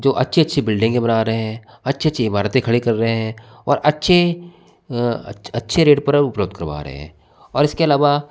जो अच्छी अच्छी बिल्डिंगें बना रहे हैं अच्छी अच्छी इमारतें खड़े कर रहे हैं और अच्छे अ अच्छे रेट पर उपलब्ध करवा रहे हैं और इसके अलावा